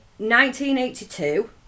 1982